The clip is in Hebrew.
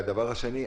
והדבר השני,